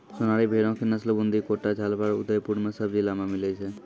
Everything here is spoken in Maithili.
सोनारी भेड़ो के नस्ल बूंदी, कोटा, झालाबाड़, उदयपुर इ सभ जिला मे मिलै छै